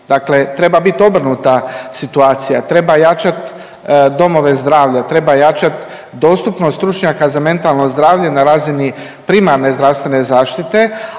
Dakle, treba bit obrnuta situacija, treba jačati domove zdravlja, treba jačati dostupnost stručnjaka za mentalno zdravlje na razini primarne zdravstvene zaštite